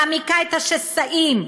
מעמיקה את השסעים,